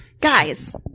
Guys